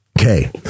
okay